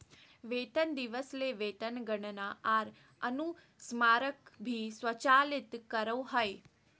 वेतन दिवस ले वेतन गणना आर अनुस्मारक भी स्वचालित करो हइ